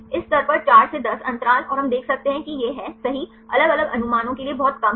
इस स्तर पर 4 से 10 अंतराल और हम देख सकते हैं कि यह है सही अलग अलग अनुमानों के लिए यह बहुत कम है